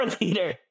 leader